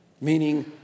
meaning